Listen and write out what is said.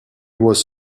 was